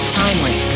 timely